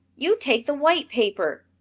you take the white paper.